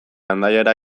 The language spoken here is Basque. hendaiara